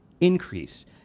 increase